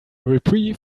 reprieve